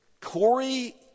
Corey